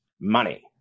money